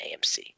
AMC